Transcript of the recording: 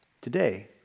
Today